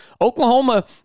Oklahoma